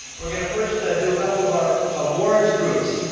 we're going to first do a couple of our awards groups.